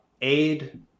aid